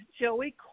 Joey